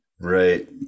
Right